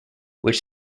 which